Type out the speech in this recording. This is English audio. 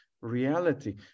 reality